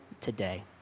today